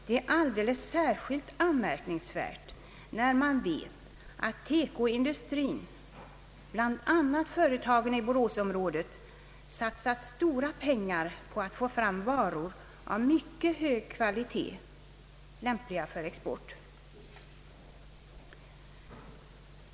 Det är alldeles särskilt anmärkningsvärt när man vet att Teko-industrin, bl.a. företagen i Boråsområdet, satsat stora pengar på att få fram varor av mycket hög kvalitet, lämpliga för export.